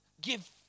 give